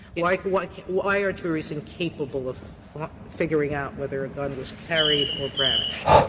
like why why are juries incapable of figuring out whether a gun was carried or brandished?